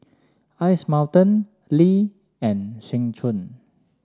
Ice Mountain Lee and Seng Choon